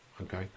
okay